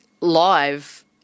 live